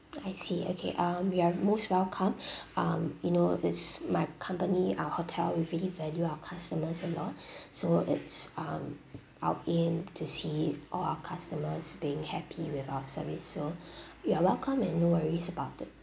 I see okay um you are most welcome um you know it's my company uh hotel we really value our customers a lot so it's um out in to see all our customers being happy with our service so you are welcome and no worries about it